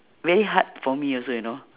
very hard for me also you know